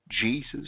Jesus